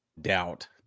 Doubt